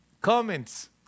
comments